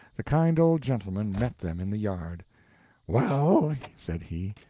the kind old gentleman met them in the yard well, said he,